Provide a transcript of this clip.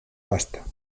basta